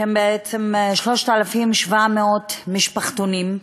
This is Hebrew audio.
שהן בעצם 3,700 משפחתונים,